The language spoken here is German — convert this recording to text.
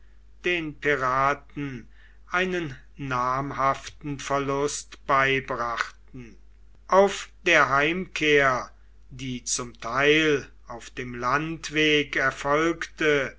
den piraten einen namhaften verlust beibrachten auf der heimkehr die zum teil auf dem landweg erfolgte